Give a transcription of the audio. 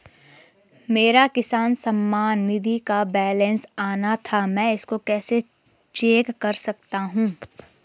मेरा किसान सम्मान निधि का बैलेंस आना था मैं इसको कैसे चेक कर सकता हूँ?